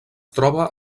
troba